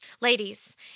Ladies